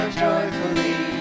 joyfully